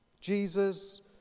Jesus